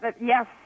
Yes